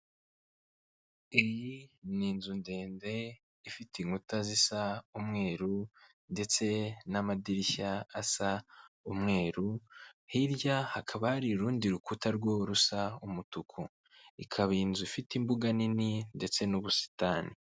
Iyi ni inzu ndende ifite inkuta zisa umweru ndetse n'amadirishya asa umweru, hirya hakaba hari urundi rukuta rwo rusa umutuku, ikaba inzu ifite imbuga nini ndetse n'ubusitani.